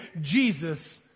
Jesus